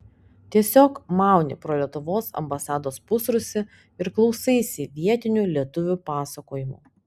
tiesiog mauni pro lietuvos ambasados pusrūsį ir klausaisi vietinių lietuvių pasakojimų